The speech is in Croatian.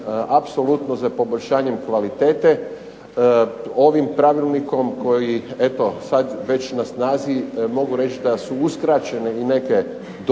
apsolutno za poboljšanjem kvalitete, ovim Pravilnikom koji je sada eto već na snazi, mogu reći da su uskraćene neke dopusnice